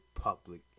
public